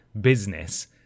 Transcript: business